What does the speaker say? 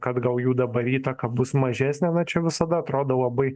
kad gal jų dabar įtaka bus mažesnė na čia visada atrodo labai